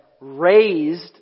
raised